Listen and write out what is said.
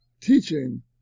teaching